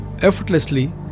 effortlessly